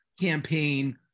campaign